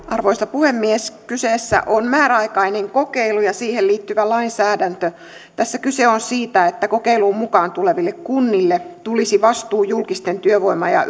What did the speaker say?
arvoisa puhemies kyseessä on määräaikainen kokeilu ja siihen liittyvä lainsäädäntö tässä kyse on siitä että kokeiluun mukaan tuleville kunnille tulisi vastuu julkisten työvoima ja